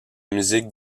musique